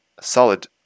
Solid